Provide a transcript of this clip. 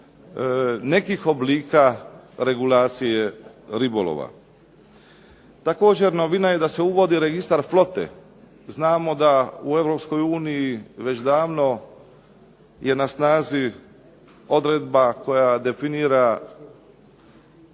nekih oblika regulacije ribolova. Također novina je da se uvodi registar flote. Znamo da u Europskoj uniji već davno je na snazi odredba koja definira